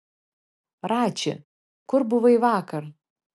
rači kur buvai vakar